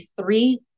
three